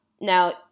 Now